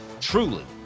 Truly